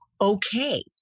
Okay